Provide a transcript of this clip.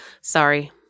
Sorry